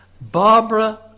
Barbara